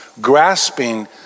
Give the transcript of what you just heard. grasping